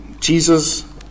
Jesus